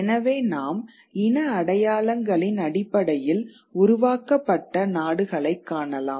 எனவே நாம் இன அடையாளங்களின் அடிப்படையில் உருவாக்கப்பட்ட நாடுகளைக் காணலாம்